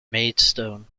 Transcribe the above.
maidstone